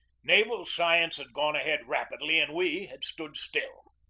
naval science had gone ahead rapidly and we had stood still.